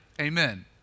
amen